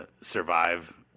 survive